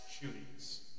shootings